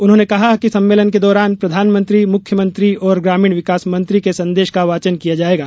उन्होंने कहा कि सम्मेलन के दौरान प्रधानमंत्री मुख्यमंत्री और ग्रामीण विकास मंत्री के संदेश का वाचन किया जायेगा